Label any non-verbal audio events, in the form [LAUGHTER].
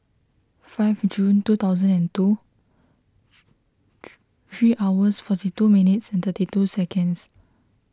five June two thousand and two [NOISE] three hours forty two minutes thirty two seconds